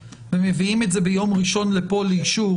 ומביאים את זה ביום ראשון לפה לאישור,